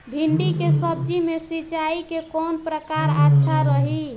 भिंडी के सब्जी मे सिचाई के कौन प्रकार अच्छा रही?